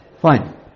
fine